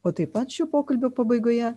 o taip pat šio pokalbio pabaigoje